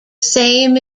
same